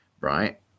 right